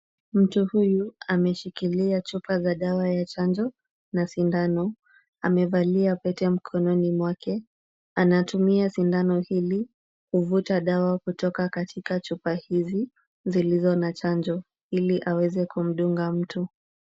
Mtu huyu ameshikilia chupa za dawa ya chanjo na sindano. Amevalia pete mkononi mwake. Anatumia sindano hili kuvuta dawa kutoka katika chupa hizi zilizo na chanjo ili aweze kumdunga mtu.